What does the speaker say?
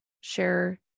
share